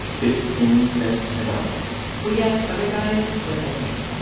fifteen cents an hour we asked other guys what they make